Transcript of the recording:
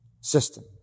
system